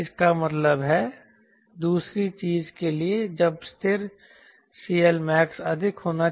इसका मतलब है दूसरी चीज़ के लिए जब स्थिर CLmax अधिक होना चाहिए